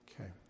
Okay